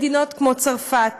מדינות כמו צרפת,